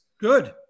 Good